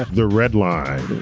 the red line.